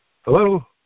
Hello